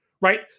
right